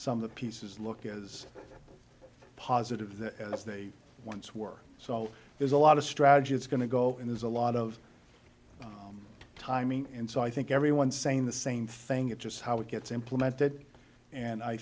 some of the pieces look as positive as they once were so there's a lot of strategy it's going to go in there's a lot of timing and so i think everyone saying the same thing it's just how it gets implemented and i